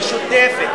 משותפת,